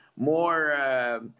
more